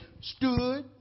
stood